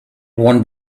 one